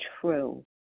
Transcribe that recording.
true